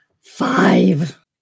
Five